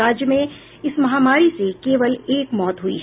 राज्य में इस महामारी से केवल एक मौत हुई है